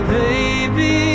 baby